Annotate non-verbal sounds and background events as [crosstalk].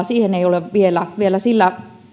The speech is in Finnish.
[unintelligible] siihen ei ole vielä vielä sillä